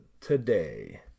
today